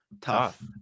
Tough